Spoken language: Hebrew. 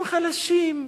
הם חלשים,